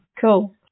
Cool